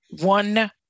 One